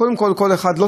בין שהוא רק